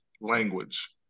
language